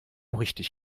richtig